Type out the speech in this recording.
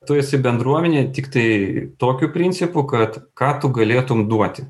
tu esi bendruomenėje tiktai tokiu principu kad ką tu galėtum duoti